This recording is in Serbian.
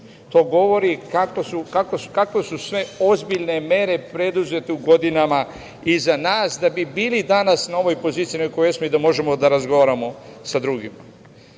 To govori kakve su sve ozbiljne mere preduzete u godinama iza nas da bi bili danas na ovoj poziciji na kojoj smo i da možemo da razgovaramo sa drugima. Meni